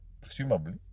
presumably